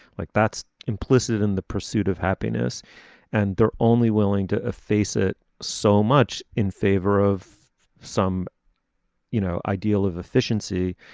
like that's implicit in the pursuit of happiness and they're only willing to face it so much in favor of some you know ideal of efficiency.